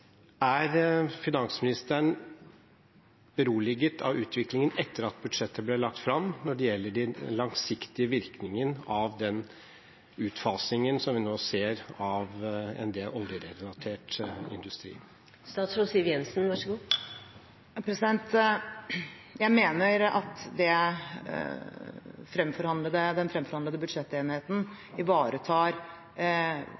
Er finansministeren beroliget av utviklingen etter at budsjettet ble lagt fram når det gjelder den langsiktige virkningen av den utfasingen som vi nå ser av en del oljerelatert industri? Jeg mener at den fremforhandlede budsjettenigheten ivaretar